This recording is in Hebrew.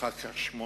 אחר כך 8,